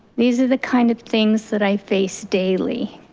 these are the kind of things that i face daily,